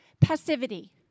passivity